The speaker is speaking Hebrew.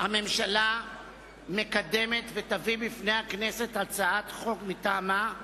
הממשלה מקדמת ותביא בפני הכנסת הצעת חוק מטעמה,